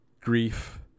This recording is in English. grief